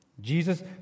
Jesus